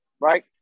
right